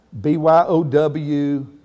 B-Y-O-W